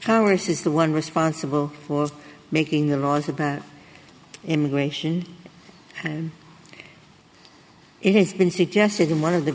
congress is the one responsible for making the laws about immigration and it has been suggested in one of the